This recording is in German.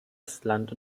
estland